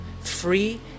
free